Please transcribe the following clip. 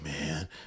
man